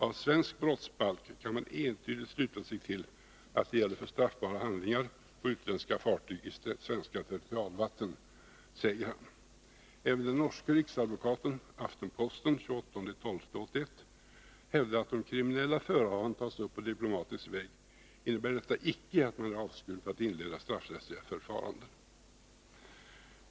Av svensk brottsbalk kan man entydigt sluta sig till att det gäller för straffbara handlingar på utländska fartyg i svenska territorialvatten, säger han. Även den norske riksadvokaten hävdar — i Aftenposten den 28 december 1981 — att om kriminella förehavanden tas upp på diplomatisk väg, innebär detta icke att man är avskuren från att inleda straffrättsliga förfaranden.